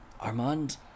Armand